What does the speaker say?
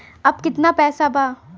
अब कितना पैसा बा?